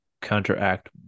counteract